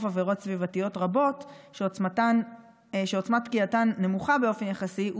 עבירות סביבתיות רבות שעוצמת פגיעתן נמוכה באופן יחסי,